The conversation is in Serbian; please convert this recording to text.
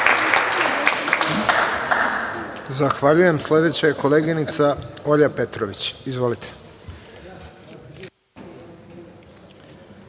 Zahvaljujem. Sledeća je koleginica Olja Petrović. Izvolite.